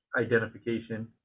identification